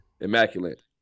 immaculate